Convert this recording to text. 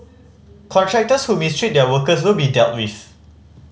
contractors who mistreat their workers will be dealt with